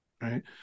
right